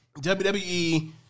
WWE